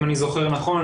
אם אני זוכר נכון,